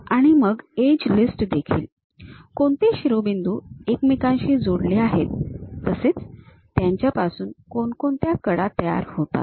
आणि मग edge list देखील कोणते शिरोबिंदू एकमेकांशी जोडलेले आहेत तसेच त्यांच्यापासून कोणकोणत्या कडा तयार होतात